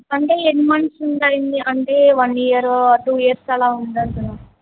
అంటే ఎన్ని మంత్స్ ఉంటారండి అంటే వన్ ఇయర్ టూ ఇయర్స్ అలా ఉంటారు కదా